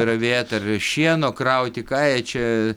ravėt ar šieno krauti ką jie čia